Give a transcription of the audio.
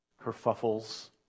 kerfuffles